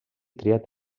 triat